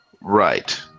right